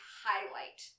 highlight